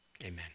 amen